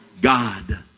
God